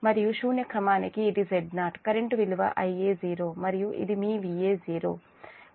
మరియు శూన్య క్రమానికి ఇది Z0 కరెంట్ విలువ Ia0 మరియు ఇది మీ Va0